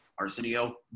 Arsenio